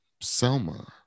Selma